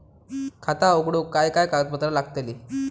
खाता उघडूक काय काय कागदपत्रा लागतली?